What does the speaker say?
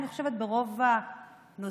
אני חושבת שברוב הנושאים,